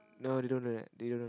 no they don't do that they don't know